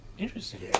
Interesting